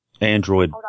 Android